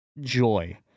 joy